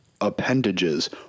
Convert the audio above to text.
Appendages